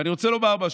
ואני רוצה לומר משהו.